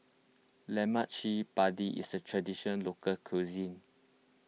Lemak Cili Padi is a Traditional Local Cuisine